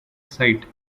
site